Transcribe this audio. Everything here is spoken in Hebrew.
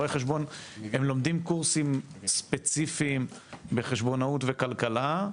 רואי חשבון לומדים קורסים ספציפיים בחשבונאות ובכלכלה.